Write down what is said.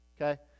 okay